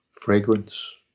fragrance